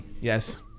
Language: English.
Yes